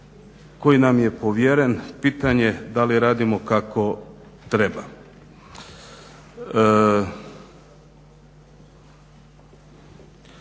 koji nam je povjeren pitanje je da li radimo kako treba.